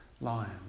lion